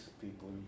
people